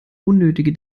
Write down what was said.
unnötige